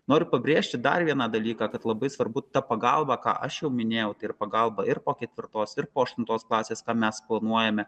noriu pabrėžti dar vieną dalyką kad labai svarbu ta pagalba ką aš jau minėjau ir pagalba ir po ketvirtos ir po aštuntos klasės ką mes planuojame